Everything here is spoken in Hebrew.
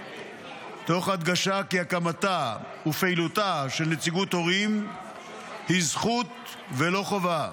תוך הדגשה כי הקמתה ופעילותה של נציגות הורים היא זכות ולא חובה,